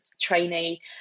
trainee